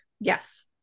Yes